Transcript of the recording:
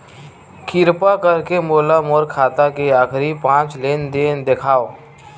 किरपा करके मोला मोर खाता के आखिरी पांच लेन देन देखाव